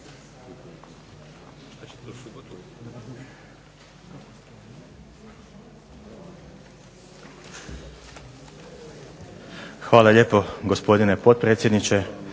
Hvala lijepo gospodine potpredsjedniče.